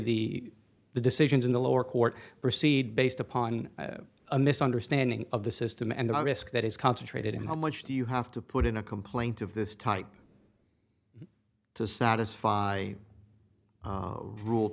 the the decisions in the lower court proceed based upon a misunderstanding of the system and the risk that is concentrated in how much do you have to put in a complaint of this type to satisfy the ru